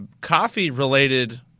coffee-related